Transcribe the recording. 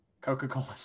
coca-cola